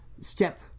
step